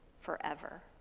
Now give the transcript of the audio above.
forever